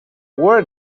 where